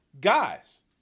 guys